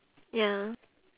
ya